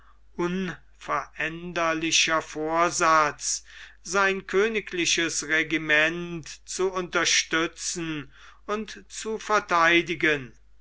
unveränderlicher vorsatz sein königliches regiment zu unterstützen und zu verteidigen